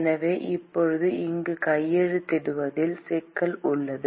எனவே இப்போது இங்கு கையெழுத்திடுவதில் சிக்கல் உள்ளது